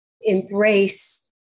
embrace